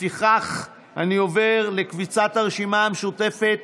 לפיכך, אני עובר לקבוצת הרשימה המשותפת